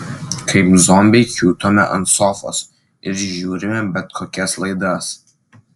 kaip zombiai kiūtome ant sofos ir žiūrime bet kokias laidas